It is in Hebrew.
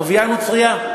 ערבייה נוצרייה,